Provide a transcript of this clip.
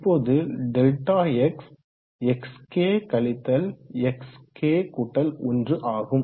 இப்போது delta x xk xk1ஆகும்